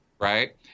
right